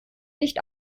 nicht